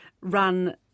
run